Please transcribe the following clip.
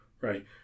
right